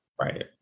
Right